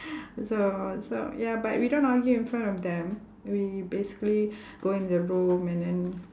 so so ya but we don't argue in front of them we basically go in the room and then